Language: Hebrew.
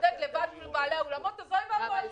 שמתחתנים ברבנות לא יחזרו אלינו.